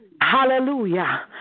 Hallelujah